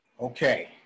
Okay